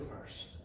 first